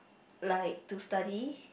like to study